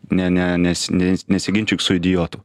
ne ne nes ne nesiginčyk su idiotu